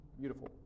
beautiful